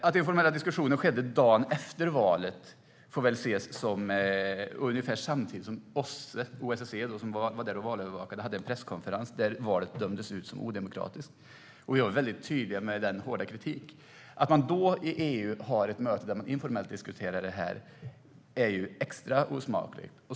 Att informella diskussioner ägde rum i EU dagen efter valet ter sig extra osmakligt med tanke på att OSSE, som var där och övervakade valet, ungefär samtidigt höll en presskonferens och dömde ut valet som odemokratiskt; vi var mycket tydliga i vår hårda kritik.